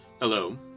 Hello